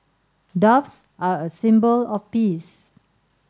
doves are a symbol of peace